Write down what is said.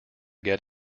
get